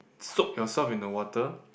soak yourself in the water